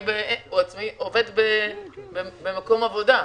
הוא עובד במקום עבודה.